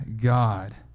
God